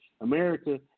America